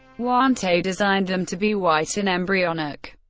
huante designed them to be white and embryonic,